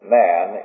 man